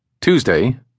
Tuesday